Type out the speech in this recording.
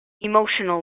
emotional